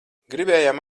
gribējām